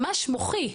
ממש מוחי.